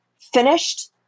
finished